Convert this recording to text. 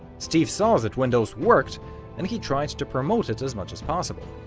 steve saw that windows worked and he tried to promote it as much as possible.